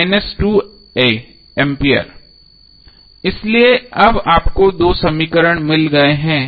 A इसलिए अब आपको दो समीकरण मिल गए हैं